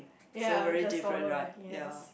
ya we just swallow right yes